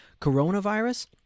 coronavirus